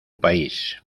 país